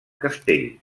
castell